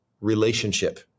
relationship